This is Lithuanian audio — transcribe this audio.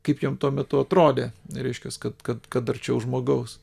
kaip jiem tuo metu atrodė reiškias kad kad arčiau žmogaus